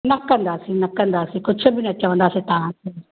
न कंदासीं न कंदासीं कुझु बि न चवंदासीं तव्हांखे